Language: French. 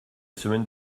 semaine